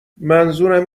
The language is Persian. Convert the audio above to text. منظورم